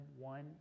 one